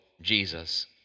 Jesus